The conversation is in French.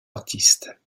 artistes